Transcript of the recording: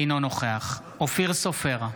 אינו נוכח אופיר סופר,